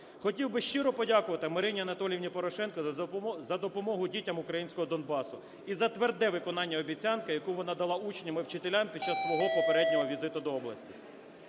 Хотів би щиро подякувати Марині Анатоліївні Порошенко за допомогу дітям українського Донбасу і за тверде виконання обіцянки, яку вона дала учням і вчителям під час свого попереднього візиту до області.